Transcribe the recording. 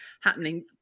happening